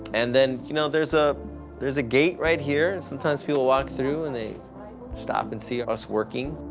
and then you know there's ah there's a gate right here. sometimes people walk through and they stop and see us working.